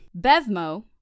Bevmo